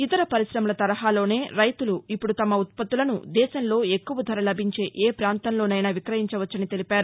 ఇతర పరిశ్రమల తరహాలోనే రైతులు ఇప్పుడు తమ ఉత్పత్తులసు దేశంలో ఎక్కువ ధర లభించే ఏ ప్రాంతంలోనైనా విక్రయించవచ్చని తెలిపారు